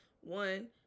One